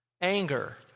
Anger